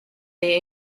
the